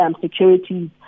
securities